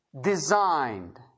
designed